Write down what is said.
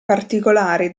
particolari